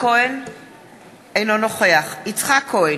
אינו נוכח יצחק כהן,